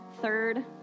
third